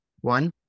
One